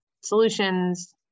solutions